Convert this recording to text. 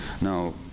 Now